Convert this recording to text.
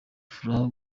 furaha